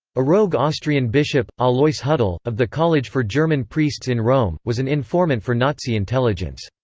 a rogue austrian bishop, alois hudal, of the college for german priests in rome, was an informant for nazi intelligence.